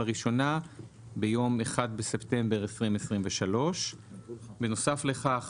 לראשונה ביום 1 בספטמבר 2023. בנוסף לכך,